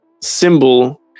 symbol